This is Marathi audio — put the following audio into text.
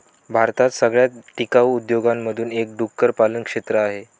भारतात सगळ्यात टिकाऊ उद्योगांमधून एक डुक्कर पालन क्षेत्र आहे